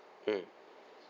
mmhmm